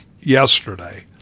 yesterday